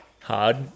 Hard